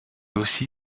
aussi